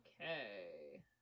Okay